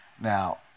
now